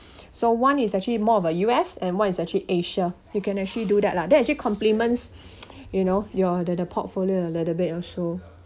so one is actually more of a U_S and what is actually asia you can actually do that lah that actually complements you know your the the portfolio and a little bit also